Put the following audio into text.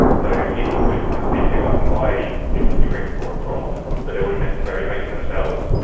so people would happily pick up and buy you know a trick or a prop but they wouldn't necessarily make it themselves,